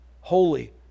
holy